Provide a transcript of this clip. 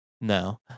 No